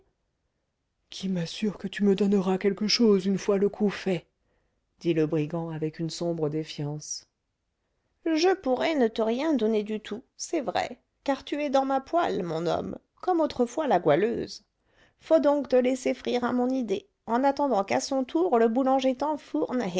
qui m'assure que tu me donneras quelque chose une fois le coup fait dit le brigand avec une sombre défiance je pourrais ne te rien donner du tout c'est vrai car tu es dans ma poêle mon homme comme autrefois la goualeuse faut donc te laisser frire à mon idée en attendant qu'à son tour le boulanger